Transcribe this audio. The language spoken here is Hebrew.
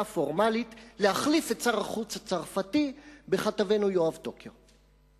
פורמלית להחליף את שר החוץ הצרפתי בכתבנו יואב טוקר.